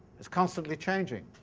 is constantly changing.